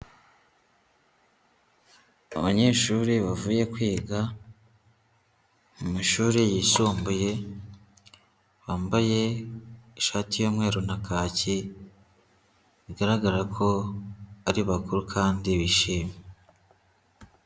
Abanyeshuri bavuye kwiga mu mashuri yisumbuye, bambaye ishati y'umweru na kaki, bigaragara ko ari bakuru kandi bishimye.